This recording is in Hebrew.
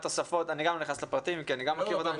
אני גם נכנס לפרטים, כי גם אני מכיר אותם.